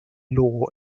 law